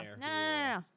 no